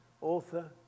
author